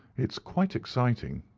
it's quite exciting,